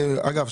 אגב,